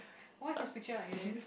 why his picture like this